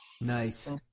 Nice